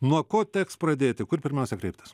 nuo ko teks pradėti kur pirmiausia kreiptis